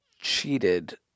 cheated